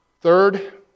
Third